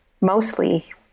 mostly